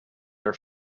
our